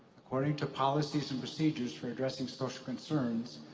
according to policies and procedures for addressing social concerns,